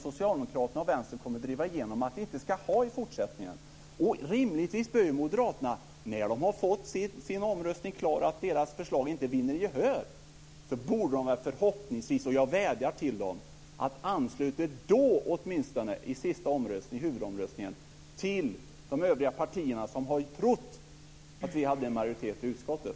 Socialdemokraterna och Vänstern kommer att driva igenom att vi fortsättningen inte ska ha denna ordning. När moderaterna i omröstningen finner att deras förslag inte vinner gehör vädjar jag till dem att åtminstone i den sista omröstningen ansluta sig till de övriga partier som trott att de hade en majoritet i utskottet.